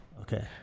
Okay